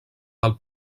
del